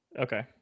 Okay